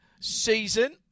season